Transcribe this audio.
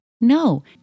No